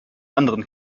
anderen